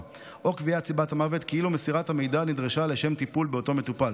או קביעת סיבת המוות כאילו מסירת המידע נדרשה לשם טיפול באותו מטופל,